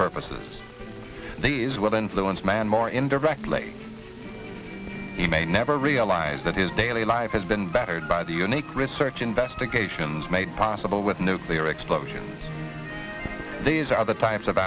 purposes the is well influenced man more indirectly he may never realize that his daily life has been bettered by the unique research investigations made possible with nuclear explosions these are the types of